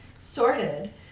sorted